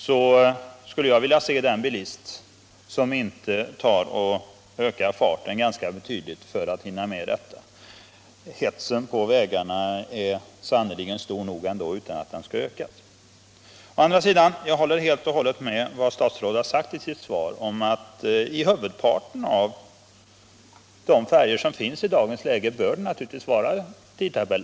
Jag skulle vilja se den bilist som inte ökar farten ganska betydligt för att hinna med färjan. Hetsen på vägarna är sannerligen stor nog ändå. Å andra sidan håller jag helt med om vad statsrådet har sagt i sitt svar. Huvudparten av de färjor som finns i dag bör gå efter tidtabell.